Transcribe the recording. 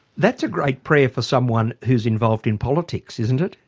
that's a great prayer for someone who's involved in politics, isn't it?